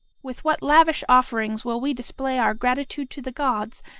with what lavish offerings will we display our gratitude to the gods,